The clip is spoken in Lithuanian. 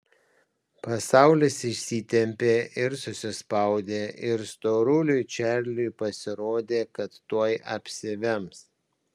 pasaulis išsitempė ir susispaudė ir storuliui čarliui pasirodė kad tuoj apsivems